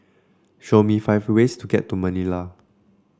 show me five ways to get to Manila